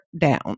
down